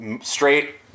straight